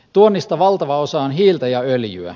tuonnista valtava osa on hiiltä ja öljyä